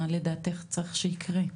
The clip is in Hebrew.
מה לדעתך צריך שיקרה?